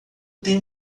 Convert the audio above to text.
tenho